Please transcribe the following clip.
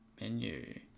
Menu